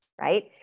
Right